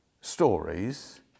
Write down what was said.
stories